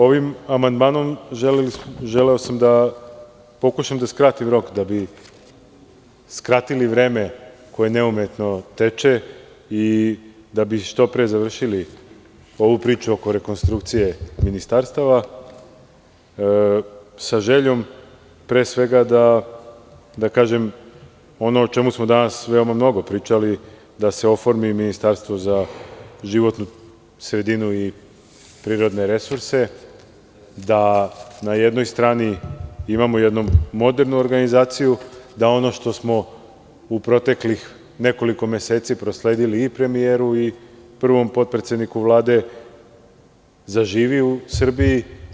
Ovim amandmanom želeo sam da pokušam da skratim rok da bi skratili vreme koje neumitno teče i da bi što pre završili ovu priču oko rekonstrukcije ministarstava, sa željom pre svega da kažem ono o čemu smo danas veoma mnogo pričali da se oformi ministarstvo za životnu sredinu i prirodne resurse, da na jednoj strani imamo jednu modernu organizaciju, da ono što smo u proteklih nekoliko meseci prosledili i premijeru i prvom potpredsedniku Vlade zaživi u Srbiji.